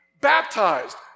baptized